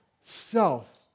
self